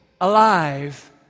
alive